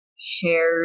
shared